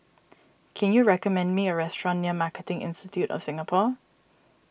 can you recommend me a restaurant near Marketing Institute of Singapore